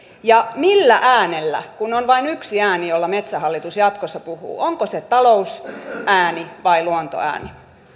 ja millä äänellä kun on vain yksi ääni metsähallitus jatkossa puhuu onko se talousääni vai luontoääni